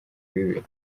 bibi